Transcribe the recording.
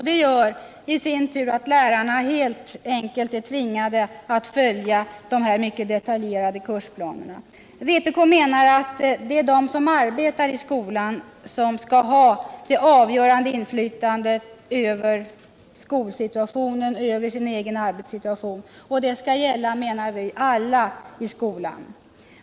Det gör i sin tur att lärarna helt enkelt är tvingade att följa de mycket detaljerade kursplanerna. Vpk menar att det är de som arbetar i skolan som skall ha det avgörande inflytandet över skolsituationen och sin egen arbetssituation. Och det skall gälla — menar vi — alla i skolan.